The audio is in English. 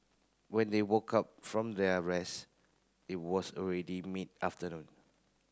when they woke up from their rest it was already mid afternoon